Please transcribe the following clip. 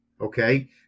Okay